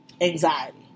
anxiety